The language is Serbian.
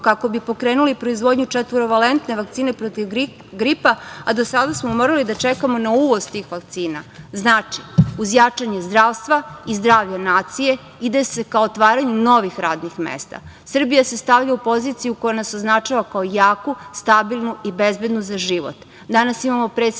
kako bi pokrenuli proizvodnju četvorovalentne vakcine protiv gripa, a do sada smo morali da čekamo na uvoz tih vakcina. Znači, uz jačanje zdravstva i zdravlje nacije ide se ka otvaranju novih radnih mesta. Srbija se stavlja u poziciju koja nas označava kao jaku, stabilnu i bezbednu za život.